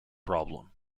problem